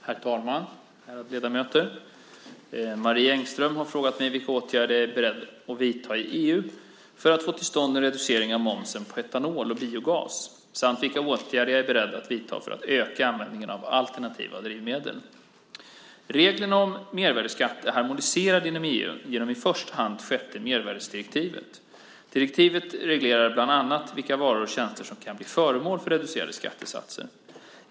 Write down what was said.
Herr talman! Ärade ledamöter! Marie Engström har frågat mig vilka åtgärder jag är beredd att vidta i EU för att få till stånd en reducering av momsen på etanol och biogas samt vilka åtgärder jag är beredd att vidta för att öka användningen av alternativa drivmedel. Reglerna om mervärdesskatt är harmoniserade inom EU genom i första hand det sjätte mervärdesskattedirektivet. Direktivet reglerar bland annat vilka varor och tjänster som kan bli föremål för reducerade skattesatser.